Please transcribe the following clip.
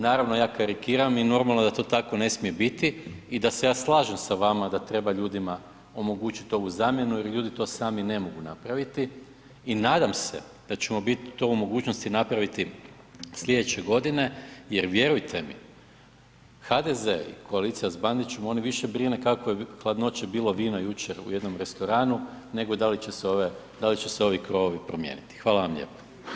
Naravno ja karikiram i normalno da to tako ne smije biti i da se ja slažem sa vama da treba ljudima omogućit ovu zamjenu jer ljudi to sami ne mogu napraviti i nadam se da ćemo biti to u mogućnosti napraviti slijedeće godine jer vjerujte mi HDZ i koalicija s Bandićem oni više brine kakvo je hladnoće bilo vino jučer u jednom restoranu nego da li će se ovi krovovi promijeniti.